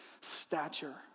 stature